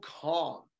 calm